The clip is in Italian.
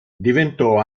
diventò